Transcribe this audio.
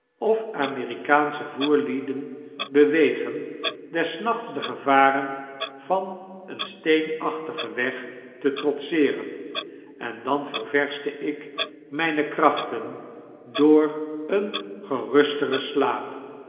of amerikaansche voerlieden bewegen des nachts de gevaren van een steenachtigen weg te trotseeren en dan ververschte ik mpe krachten door een gerusteren slaap